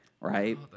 right